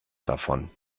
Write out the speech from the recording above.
davon